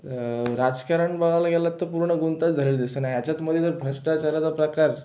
राजकारण बघायला गेलात तर पूर्ण गुंताच झालेला दिसतो ना याच्यातमध्ये तर भ्रष्टाचाराचा प्रकार